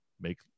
make